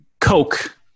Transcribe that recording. Coke